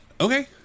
Okay